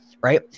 right